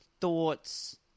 thoughts